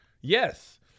Yes